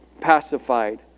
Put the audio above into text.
pacified